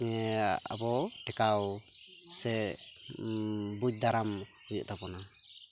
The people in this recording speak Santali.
ᱟᱵᱚ ᱴᱮᱠᱟᱣ ᱥᱮ ᱵᱩᱡᱽᱫᱟᱨᱟᱢ ᱦᱩᱭᱩᱜ ᱛᱟᱵᱚᱱᱟ